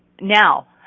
Now